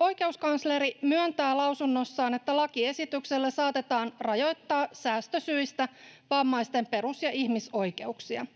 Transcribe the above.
Oikeuskansleri myöntää lausunnossaan, että lakiesityksellä saatetaan rajoittaa säästösyistä vammaisten perus- ja ihmisoikeuksia.